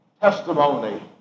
testimony